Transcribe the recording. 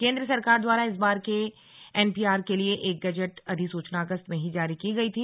केंद्र सरकार द्वारा इस बार के एनपीआर के लिए एक गजट अधिसूचना अगस्त में हीं जारी की गई थी